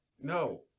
No